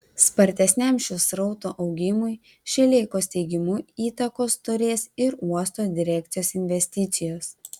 spartesniam šių srautų augimui šileikos teigimu įtakos turės ir uosto direkcijos investicijos